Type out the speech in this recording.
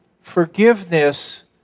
forgiveness